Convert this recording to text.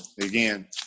Again